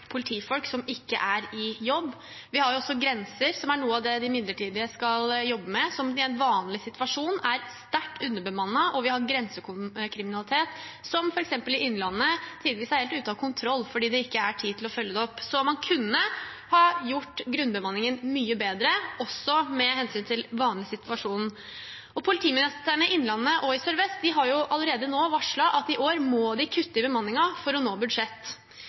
politifolk som ikke er i jobb. Vi har også grenser, som er noe av det de midlertidige skal jobbe med, som i en vanlig situasjon er sterkt underbemannet, og vi har en grensekriminalitet som f.eks. i Innlandet tydeligvis er helt ute av kontroll, fordi det ikke er tid til å følge det opp. Så man kunne ha gjort grunnbemanningen mye bedre, også med hensyn til den vanlige situasjonen. Politimesterne i Innlandet og i Sør-Vest har allerede nå varslet at i år må de kutte i bemanningen for å